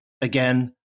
again